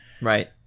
Right